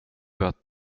att